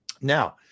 Now